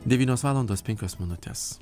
devynios valandos penkios minutės